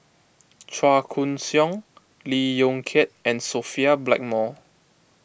Chua Koon Siong Lee Yong Kiat and Sophia Blackmore